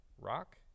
rock